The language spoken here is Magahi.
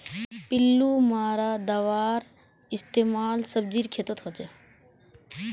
पिल्लू मारा दाबार इस्तेमाल सब्जीर खेतत हछेक